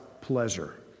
pleasure